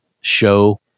show